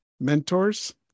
mentors